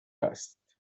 است